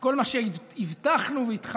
את כל מה שהבטחנו והתחייבנו,